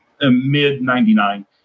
mid-99